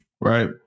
Right